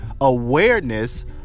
awareness